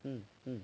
um um